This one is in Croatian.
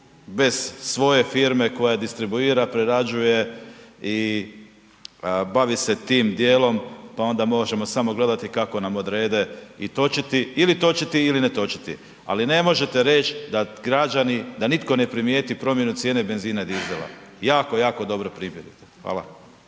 bez svoje firme koja distribuira, prerađuje i bavi se tim dijelom pa onda možemo samo gledati kako nam odrede i točiti ili točiti ili ne točiti ali ne možete reć da građani, da nitko ne primijeti promjenu cijene benzina i dizela. Jako, jako dobro primijete. Hvala.